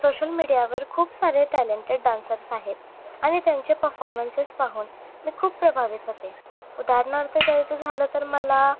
social मीडियावर खूप सारे टॅलेंटेड डान्सर्स आहेत आणि त्यांचे पफॉमन्सेस पाहून मी खूप प्रभावित होते उदाहरणार्थ द्यायचं झालं तर मला